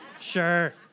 Sure